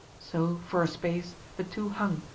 so, for a space, the two hung,